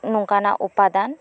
ᱱᱚᱝᱠᱟᱱᱟᱜ ᱩᱯᱟᱫᱟᱱ